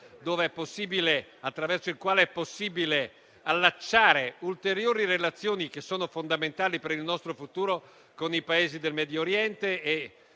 per noi il luogo attraverso il quale è possibile allacciare ulteriori relazioni fondamentali per il nostro futuro con i Paesi del Medio Oriente e,